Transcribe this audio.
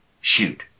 shoot